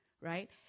right